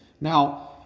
Now